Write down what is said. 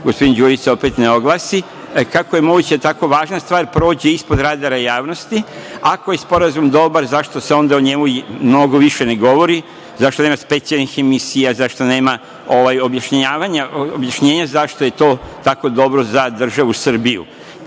gospodin Đurić se opet ne oglasi - kako je moguće da tako važna stvar prođe ispod radara javnosti? Ako je sporazum dobar, zašto se onda o njemu mnogo više ne govori? Zašto nema specijalnih emisija, zašto nema objašnjenja zašto je to tako dobro za državu Srbiju?